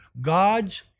God's